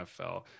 NFL